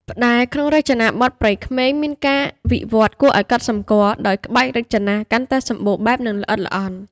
ផ្តែរក្នុងរចនាបថព្រៃក្មេង មានការវិវឌ្ឍន៍គួរឱ្យកត់សម្គាល់ ដោយក្បាច់រចនាកាន់តែសម្បូរបែប និងល្អិតល្អន់។